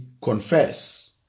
confess